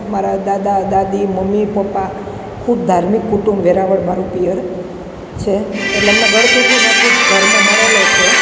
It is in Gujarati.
મારા દાદા દાદી મમ્મી પપ્પા ખૂબ ધાર્મિક કુટુંબ વેરાવળ મારું પિયર છે એટલે અમને ગળથૂથીમાંથી જ ધર્મ મળેલો છે